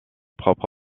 propre